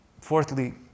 fourthly